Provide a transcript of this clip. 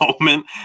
moment